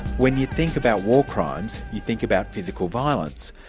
when you think about war crimes, you think about physical violence,